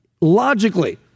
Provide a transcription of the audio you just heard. Logically